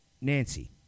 Nancy